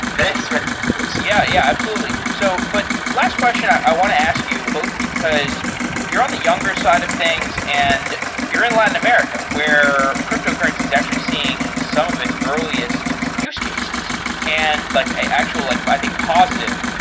thanks, man. thanks. yeah, yeah absolutely. so but last question i want to ask you both because you're on the younger side of things and you're in latin america, where cryptocurrency is actually seeing some of its earliest use cases and like actually like i think positive.